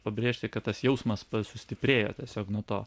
pabrėžti kad tas jausmas sustiprėjo tiesiog nuo to